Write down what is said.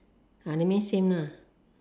ah] that means same lah